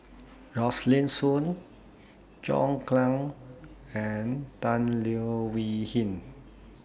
Rosaline Soon John Clang and Tan Leo Wee Hin